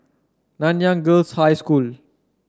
Nanyang Girls' High School